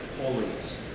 holiness